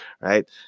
right